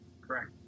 Correct